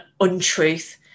untruth